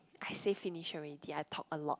and say finish already I talked a lot